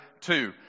two